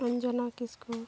ᱚᱱᱡᱚᱱᱟ ᱠᱤᱥᱠᱩ